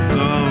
go